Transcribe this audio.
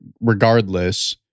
regardless